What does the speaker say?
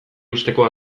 uzteko